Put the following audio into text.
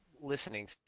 listening